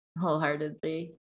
wholeheartedly